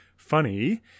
funny